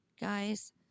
guys